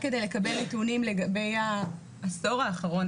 רק כדי לקבל נתונים לגבי העשור האחרון,